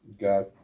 got